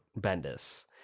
bendis